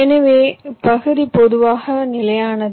எனவே பகுதி பொதுவாக நிலையானது